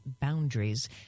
boundaries